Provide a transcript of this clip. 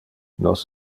nos